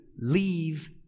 leave